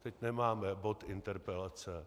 Teď nemáme bod interpelace.